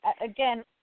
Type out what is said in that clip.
again